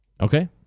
Okay